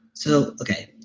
so okay,